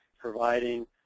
providing